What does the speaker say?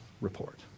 report